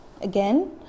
again